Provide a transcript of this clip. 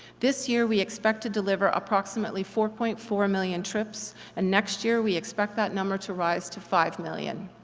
this year we expect to deliver approximately four point four million trips and next year we expect that number to rise to five million.